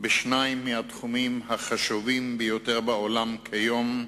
בשניים מהתחומים החשובים ביותר בעולם היום: